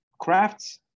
crafts